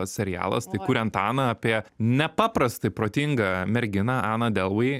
serialas tai kuriant aną apie nepaprastai protingą merginą ana delvi